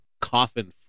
Coffin